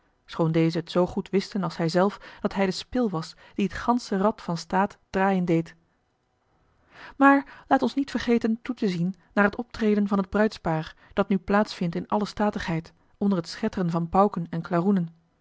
schoon deze het zoo goed wisten als hij zelf dat hij de spil was die het gansche rad van staat draaien deed maar laat ons niet vergeten toe te zien naar het optreden van het bruidspaar dat nu plaats vindt in alle statigheid onder het schetteren van pauken en klaroenen